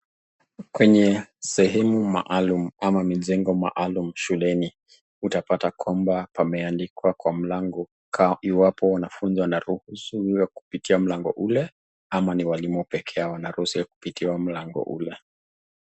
Kwenye sehemu maalum ama mijengo maalum shuleni utapata kwamba pameandikwa kwa mlango kaa iwapo unafunzwa unaruhusiwa kupitia mlango ule ama ni walimu pekee yao wanaruhusiwa kupitia mlango ule.